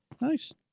nice